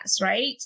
right